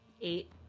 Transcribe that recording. Eight